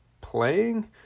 playing